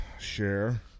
share